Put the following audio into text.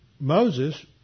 Moses